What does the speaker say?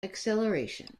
acceleration